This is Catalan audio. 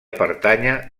pertànyer